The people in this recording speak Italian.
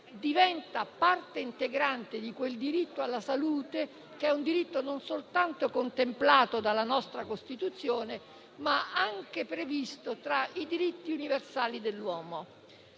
diventa parte integrante del diritto alla salute, che non soltanto è contemplato dalla nostra Costituzione, ma è anche previsto tra i diritti universali dell'uomo.